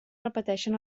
repeteixen